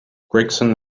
gregson